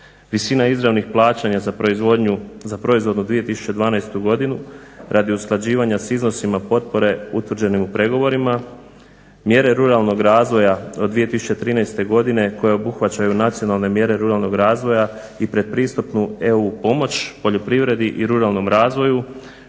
Visina izravnih plaćanja za proizvodnu 2012.godinu radi usklađivanjima s iznosima potpore utvrđenim u pregovorima mjere ruralnog razvoja od 2013.godine koja obuhvaćaju nacionalne mjere ruralnog razvoja i pretpristupnu EU pomoć poljoprivredi i ruralnom razvoju